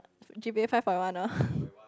G_P_A five point one orh